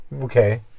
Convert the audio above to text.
Okay